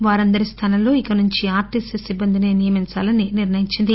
వారందరి స్థానంలో ఇక నుంచి ఆర్టీసీ సిబ్బందినే నియమించాలని నిర్ణయించింది